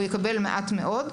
הוא יקבל מעט מאוד.